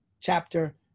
chapter